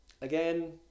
again